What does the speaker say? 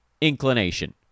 inclination